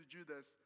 Judas